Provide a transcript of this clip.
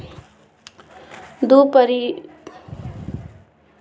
दू पहिया वाहन ऋण, शिक्षा ऋण, विवाह ऋण, व्यापार ऋण सब ऋण के प्रकार हइ